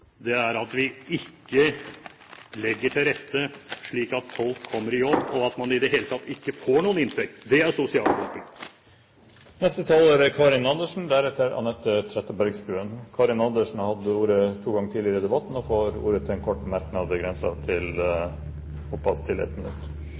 sosiale dumpingen at vi ikke legger til rette slik at folk kommer i jobb, og slik ikke får noen inntekt i det hele tatt. Det er sosial dumping. Karin Andersen har hatt ordet to ganger og får ordet til en kort merknad, begrenset til